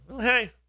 Hey